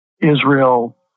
Israel